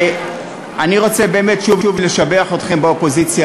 אני רוצה באמת שוב לשבח אתכם באופוזיציה